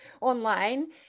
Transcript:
online